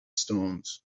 stones